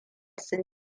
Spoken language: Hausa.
sun